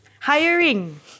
hiring